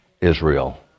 Israel